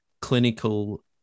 clinical